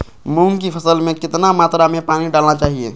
मूंग की फसल में कितना मात्रा में पानी डालना चाहिए?